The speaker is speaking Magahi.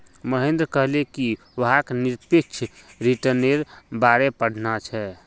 महेंद्र कहले कि वहाक् निरपेक्ष रिटर्न्नेर बारे पढ़ना छ